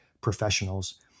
professionals